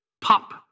Pop